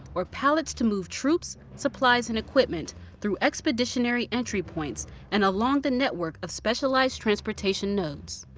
or pallets to move troops, supplies, and equipment through expeditionary entry points and along the network of specialized transportation nodes.